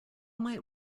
might